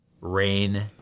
rain